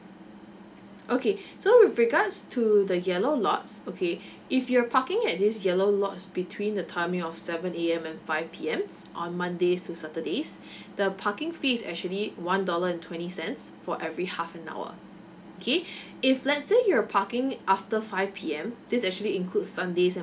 okay so with regards to the yellow lots okay if you're parking at this yellow lots between the timing of seven A_M and five P_M on mondays to saturdays the parking fee is actually one dollar and twenty cents for every half an hour okay if let's say you're parking after five P_M this actually includes some days